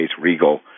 Regal